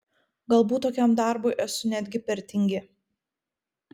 galbūt tokiam darbui esu netgi per tingi